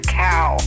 cow